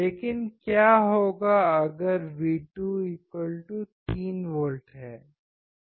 लेकिन क्या होगा अगर V2 3V है